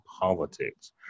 politics